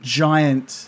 giant